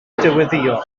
dyweddïo